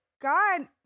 God